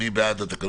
מי נגד?